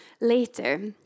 later